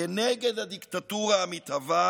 כנגד הדיקטטורה המתהווה